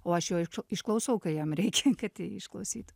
o aš jo čio išklausau kai jam reikia kad jį išklausytų